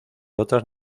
otras